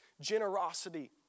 generosity